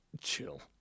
chill